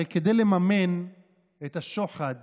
הרי כדי לממן את השוחד